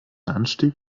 anstieg